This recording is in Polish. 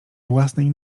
własnej